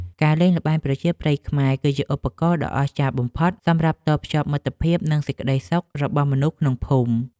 ការលេងល្បែងប្រជាប្រិយខ្មែរ គឺជាឧបករណ៍ដ៏អស្ចារ្យបំផុតសម្រាប់តភ្ជាប់មិត្តភាព និងសេចក្ដីសុខរបស់មនុស្សក្នុងភូមិ។